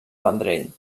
vendrell